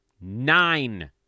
nine